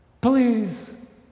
please